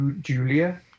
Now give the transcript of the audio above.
Julia